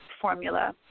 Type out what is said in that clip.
formula